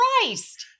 Christ